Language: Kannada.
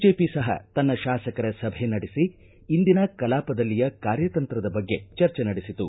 ಬಿಜೆಪಿ ಸಹ ತನ್ನ ಶಾಸಕರ ಸಭೆ ನಡೆಸಿ ಇಂದಿನ ಕಲಾಪದಲ್ಲಿಯ ಕಾರ್ಯತಂತ್ರದ ಬಗ್ಗೆ ಚರ್ಚೆ ನಡೆಸಿತು